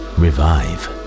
revive